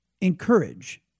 encourage